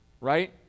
right